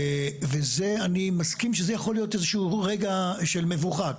וזה אני מסכים שזה יכול להיות איזה שהוא רגע של מבוכה.